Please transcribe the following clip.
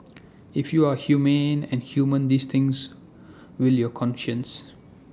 if you are humane and human these things will your conscience